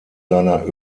seiner